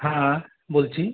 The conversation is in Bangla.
হ্যাঁ বলছি